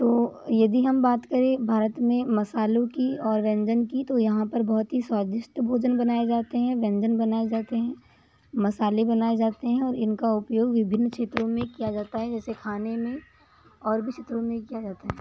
तो यदि हम बात करें भारत में मसालों की और व्यंजन की तो यहाँ पर बहुत ही स्वादिष्ट भोजन बनाये जाते है व्यंजन बनाये जाते है मसाले बनाये जाते है और इनका उपयोग विभिन्न क्षेत्रों मे किया जाता है जैसे खाने मे और भी क्षेत्रों मे किया जाता है